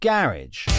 Garage